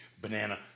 Banana